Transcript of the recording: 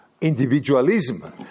individualism